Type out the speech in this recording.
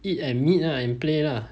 eat and meet ah and play lah